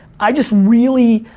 i just really,